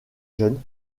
jeune